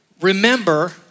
remember